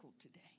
today